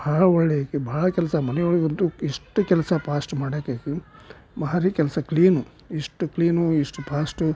ಭಾಳ ಒಳ್ಳೆಯ ಆಕೆ ಭಾಳ ಕೆಲಸ ಮನೆಯೊಳಗಂತೂ ಎಷ್ಟು ಕೆಲಸ ಪಾಸ್ಟ್ ಮಾಡಕ್ಕೆ ಆಕೆ ಭಾರಿ ಕೆಲಸ ಕ್ಲೀನ್ ಎಷ್ಟು ಕ್ಲೀನು ಎಷ್ಟು ಪಾಸ್ಟು